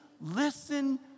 listen